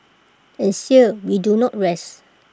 and still we do not rest